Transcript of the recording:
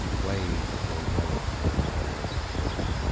waves were welling, the warriors saw,